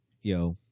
Yo